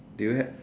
do you have